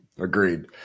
Agreed